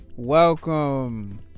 welcome